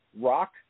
Rock